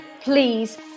please